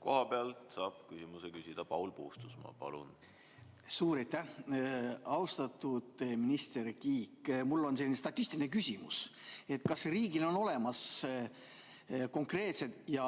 Kohapealt saab küsimuse küsida Paul Puustusmaa. Palun! Suur aitäh! Austatud minister Kiik! Mul on selline statistiline küsimus: kas riigil on olemas konkreetsed ja